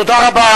תודה.